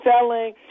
selling